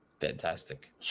Fantastic